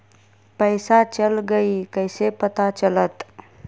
पैसा चल गयी कैसे पता चलत?